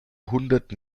hundert